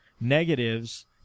negatives